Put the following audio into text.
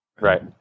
right